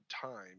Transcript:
time